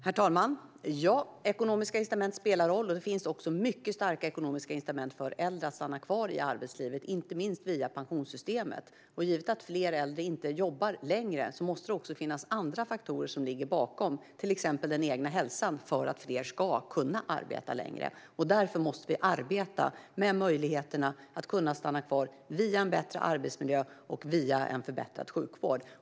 Herr talman! Ja, ekonomiska incitament spelar roll, och det finns också mycket starka ekonomiska incitament för äldre att stanna kvar i arbetslivet, inte minst via pensionssystemet. Givet att fler äldre inte jobbar längre måste det också finnas andra faktorer som ligger bakom, till exempel den egna hälsan, för att fler ska kunna arbeta längre. Därför måste vi arbeta med möjligheterna att man ska kunna stanna kvar via en bättre arbetsmiljö och via en förbättrad sjukvård.